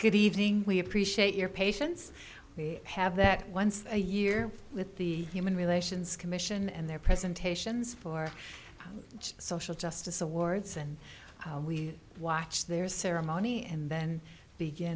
good evening we appreciate your patience we have that once a year with the human relations commission and their presentations for social justice awards and we watch their ceremony and then